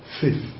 faith